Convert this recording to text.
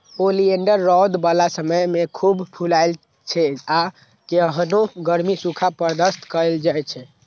oleander रौद बला समय मे खूब फुलाइ छै आ केहनो गर्मी, सूखा बर्दाश्त कए लै छै